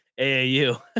AAU